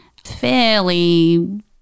Fairly